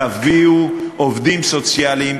תביאו עובדים סוציאליים,